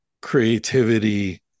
creativity